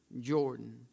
Jordan